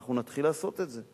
ואנחנו נתחיל לעשות את זה.